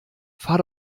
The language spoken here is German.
fahr